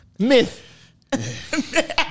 Myth